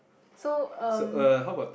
so um